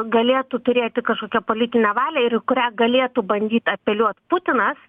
galėtų turėti kažkokią politinę valią ir į kurią galėtų bandyt apeliuot putinas